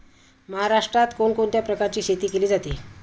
महाराष्ट्रात कोण कोणत्या प्रकारची शेती केली जाते?